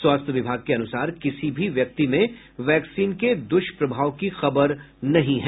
स्वास्थ्य विभाग के अनुसार किसी भी व्यक्ति में वैक्सीन के द्रष्प्रभाव की खबर नहीं है